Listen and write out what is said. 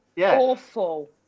Awful